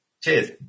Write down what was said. Cheers